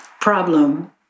problem